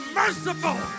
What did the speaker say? merciful